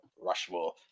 Rushmore